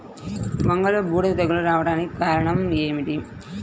వంగలో బూడిద తెగులు రావడానికి కారణం ఏమిటి?